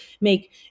make